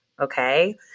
okay